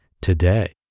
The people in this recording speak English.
today